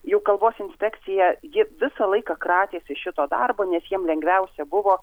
juk kalbos inspekcija ji visą laiką kratėsi šito darbo nes jiems lengviausia buvo